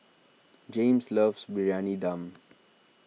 Jaymes loves Briyani Dum